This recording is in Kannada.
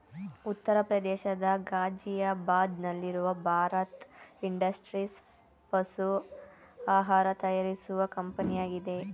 ಉತ್ತರ ಪ್ರದೇಶದ ಗಾಜಿಯಾಬಾದ್ ನಲ್ಲಿರುವ ಭಾರತ್ ಇಂಡಸ್ಟ್ರೀಸ್ ಪಶು ಆಹಾರ ತಯಾರಿಸುವ ಕಂಪನಿಯಾಗಿದೆ